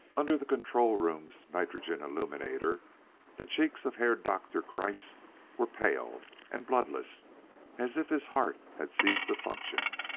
under the control-room's nitron illuminator the cheeks of herr doktor kreiss were pale and bloodless as if his heart had ceased to function.